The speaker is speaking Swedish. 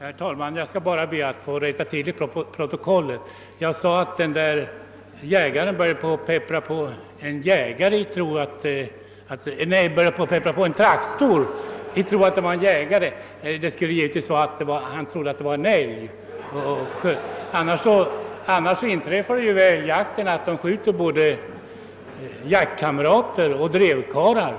Herr talman! Jag vill bara göra en rättelse till protokollet. När jag tidigare talade om den jägare som började peppra på en traktor i tron att det var en jägare, avsåg jag givetvis att säga att han trodde det var en älg. Men annars inträffar det ju vid älgjakter att man skjuter både jaktkåmrater och drevkarlar